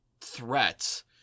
threats